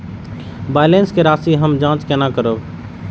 Balance के राशि हम जाँच केना करब?